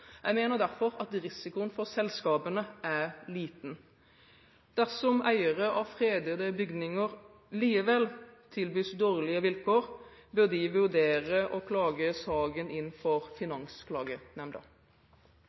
Jeg mener derfor at risikoen for selskapene er liten. Dersom eiere av fredede bygninger likevel tilbys dårlige vilkår, bør de vurdere å klage saken inn for